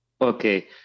Okay